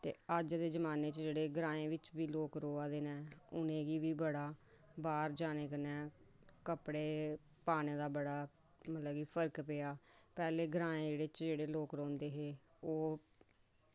ते अज्ज दे जमान्ने च जेह्ड़े ग्राएं बिच्च बी लोक रौहा दे न उ'नेंगी बी बड़ा बाहर जाने कन्नै कपड़े पाने दा बड़ा मतलब कि फर्क पेआ पैह्लें ग्राएं च बी जेह्ड़े लोक रौंह्दे हे ओह्